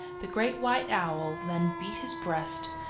the great white owl then beat his breast,